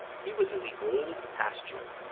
he was in the old pasture,